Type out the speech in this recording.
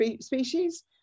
species